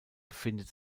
befindet